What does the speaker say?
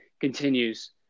continues